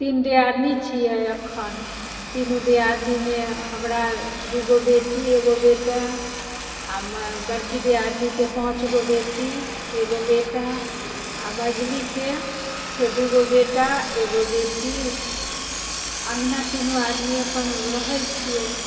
तीन दआदिनी छियै अखन तीनो दिआदिनीमे हमरा दू गो बेटी एगो बेटा आ बड़की दिआदिनीके पाँच गो बेटी एगो बेटा आ मझलिके से दू गो बेटा एगो बेटी अहिना तीनू आदमी अपन रहै छियै